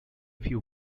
few